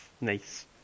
Nice